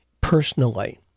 personally